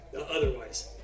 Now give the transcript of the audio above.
otherwise